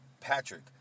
Patrick